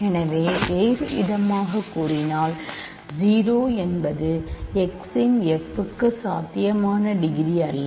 எனவே வேறுவிதமாகக் கூறினால் 0 என்பது x இன் f க்கு சாத்தியமான டிகிரி அல்ல